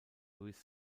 luis